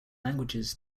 languages